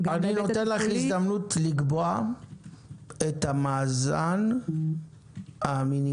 אני נותן לך להזדמנות לקבוע את המאזן המינימלי.